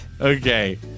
Okay